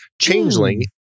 Changeling